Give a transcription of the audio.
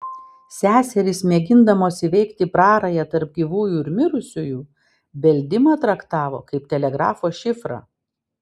seserys mėgindamos įveikti prarają tarp gyvųjų ir mirusiųjų beldimą traktavo kaip telegrafo šifrą